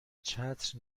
چتر